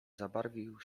zabarwił